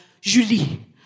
Julie